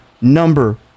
number